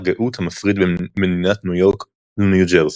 גאות המפריד בין מדינת ניו יורק לניו ג'רזי.